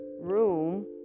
room